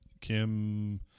Kim